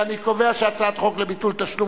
אני קובע שהצעת החוק לביטול תשלום